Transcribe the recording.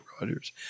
Rogers